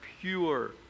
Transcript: pure